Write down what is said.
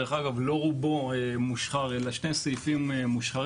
דרך אגב לא רובו מושחר אלא שני סעיפים מושחרים,